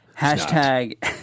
Hashtag